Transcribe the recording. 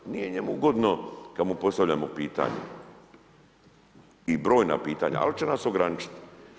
Nije njemu ugodno kad mu postavljamo pitanje i brojna pitanja, ali će nas ograničiti.